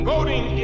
Voting